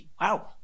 wow